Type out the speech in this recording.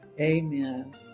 amen